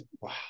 Wow